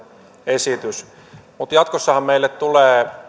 esitys mutta jatkossahan meille tulee